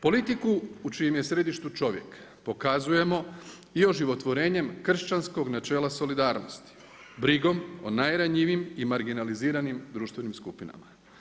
Politiku u čijem je središtu čovjek pokazujemo i oživotvorenjem kršćanskog načela solidarnosti, brigom o najranjivijim i marginaliziranim društvenim skupinama.